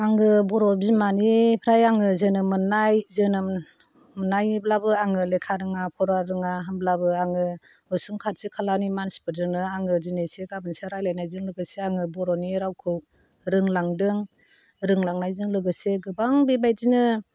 आङो बर' बिमानिफ्राय आङो जोनोम मोननाय जोनोम मोन्नानैब्लाबो आङो लेखा रोङा फरा रोङा होमब्लाबो आङो उसुं खाथि खालानि मानसिफोरजोंनो आङो दिनै एसे गाबोन एसे रायलायनायजों गोसोआ आङो बर'नि रावखौ रोंलांदों रोंलांनायजों लोगोसे गोबां बेबादिनो